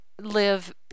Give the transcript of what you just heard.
live